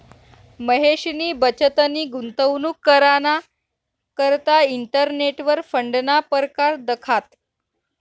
महेशनी बचतनी गुंतवणूक कराना करता इंटरनेटवर फंडना परकार दखात